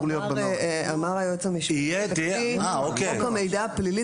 אמר היועץ המשפטי שלפי חוק המידע הפלילי